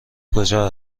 کجا